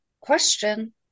question